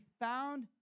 found